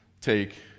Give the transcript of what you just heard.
take